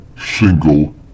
single